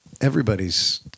Everybody's